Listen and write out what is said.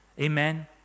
Amen